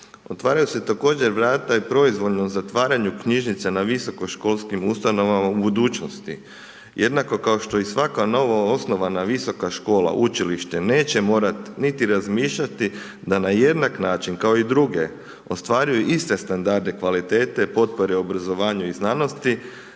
Otvaraju se također vrata i proizvoljnom zatvaranju knjižnice na visokoškolskim ustanovama u budućnosti, jednako kao što i svaka novo osnovana visoka škola, učilište neće morati niti razmišljati da na jednak način kao i druge ostvaruje iste standarde kvalitete potpore obrazovanja i znanosti